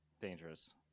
Dangerous